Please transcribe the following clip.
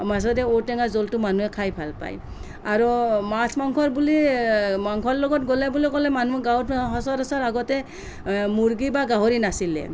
মাছেৰে ঔটেঙা জোলটো মানুহে খাই ভাল পায়